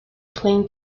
plane